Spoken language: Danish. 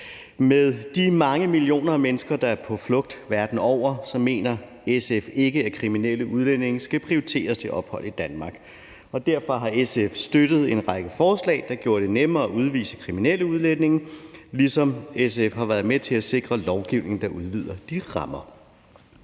Med de mange millioner af mennesker, der er på flugt verden over, mener SF ikke, at kriminelle udlændinge skal prioriteres til ophold i Danmark. Derfor har SF støttet en række forslag, der gør det nemmere at udvise kriminelle udlændinge, ligesom SF har været med til at sikre lovgivning, der udvider de rammer.